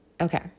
Okay